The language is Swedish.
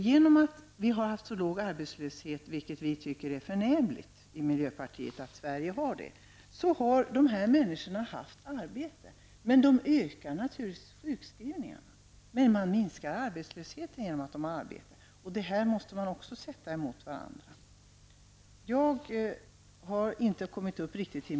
Genom att man i Sverige har haft så låg arbetslöshet, vilket vi i miljöpartiet tycker är förnämligt, har dessa människor haft arbete. Detta ökar naturligtvis sjukskrivningsfrekvensen, samtidigt som det minskar arbetslösheten, och detta måste man ta hänsyn till.